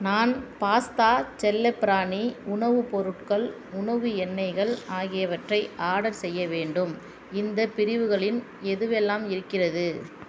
நான் பாஸ்தா செல்லப்பிராணி உணவுப் பொருட்கள் உணவு எண்ணெய்கள் ஆகியவற்றை ஆர்டர் செய்ய வேண்டும் இந்தப் பிரிவுகளில் எதுவெல்லாம் இருக்கிறது